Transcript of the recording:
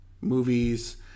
movies